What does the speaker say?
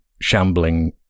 shambling